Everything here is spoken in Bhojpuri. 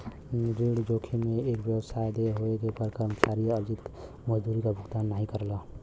ऋण जोखिम में एक व्यवसाय देय होये पर कर्मचारी अर्जित मजदूरी क भुगतान नाहीं करला